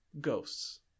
Ghosts